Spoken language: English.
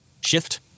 Shift